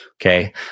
okay